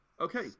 Okay